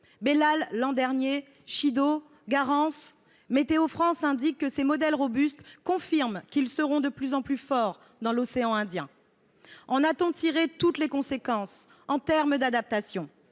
Belal l’an dernier, Chido, Garance. Météo France indique que ses modèles robustes confirment que ceux ci seront de plus en plus forts dans l’océan Indien. En a t on tiré toutes les conséquences en termes d’adaptation ?